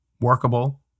workable